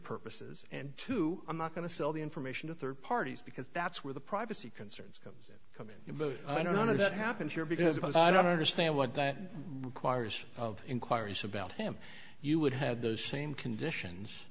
purposes and two i'm not going to sell the information to third parties because that's where the privacy concerns comes coming in but i don't know what happened here because i don't understand what that requires of inquiries about him you would have those same conditions